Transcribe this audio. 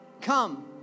Come